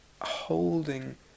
holding